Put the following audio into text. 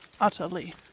utterly